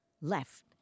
left